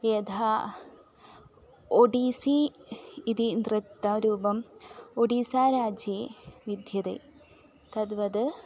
यथा ओडिसि इति नृत्यरूपम् ओडिस्साराज्ये विद्यते तद्वद्